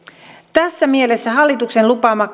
tässä mielessä hallituksen lupaama